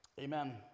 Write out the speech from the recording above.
Amen